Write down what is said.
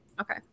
Okay